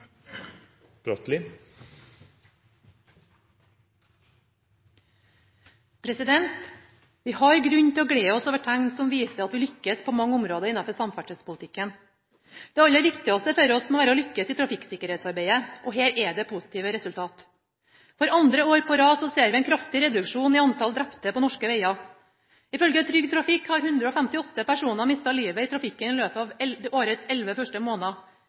å glede oss over tegn som viser at vi lykkes på mange områder innenfor samferdselspolitikken. Det aller viktigste for oss må være å lykkes i trafikksikkerhetsarbeidet, og her er det positive resultater. For andre år på rad ser vi en kraftig reduksjon i antall drepte på norske veger. Ifølge Trygg Trafikk har 158 personer mistet livet i trafikken i løpet av årets elleve første måneder.